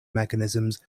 mechanisms